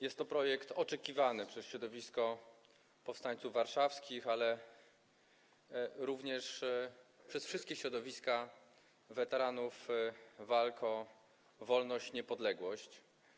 Jest to projekt oczekiwany przez środowisko powstańców warszawskich, ale również przez wszystkie środowiska weteranów walk o wolność i niepodległość.